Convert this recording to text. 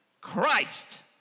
Christ